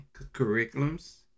curriculums